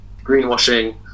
greenwashing